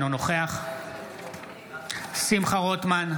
אינו נוכח שמחה רוטמן,